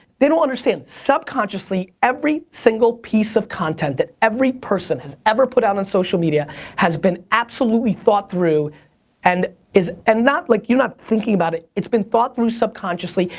they don't understand. subconsciously, every single piece of content that every person has ever put out on social media has been absolutely thought through and is and not like, you're thinking about it. it's been thought through subconsciously.